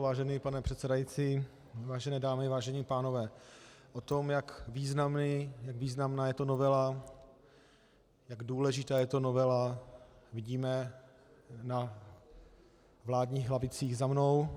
Vážený pane předsedající, vážené dámy, vážení pánové, to, jak významná je to novela, jak důležitá je to novela, vidíme na vládních lavicích za mnou.